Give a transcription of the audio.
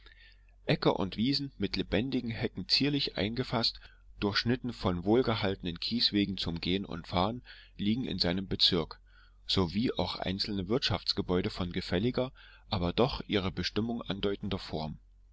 äcker und wiesen mit lebendigen hecken zierlich eingefasst durchschnitten von wohlgehaltenen kieswegen zum gehen und fahren liegen in seinem bezirk sowie auch einzelne wirtschaftsgebäude von gefälliger aber doch ihre bestimmung andeutender form